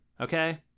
okay